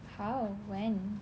how when